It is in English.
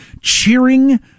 cheering